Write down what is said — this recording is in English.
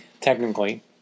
Technically